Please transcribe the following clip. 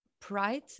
Pride